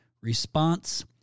response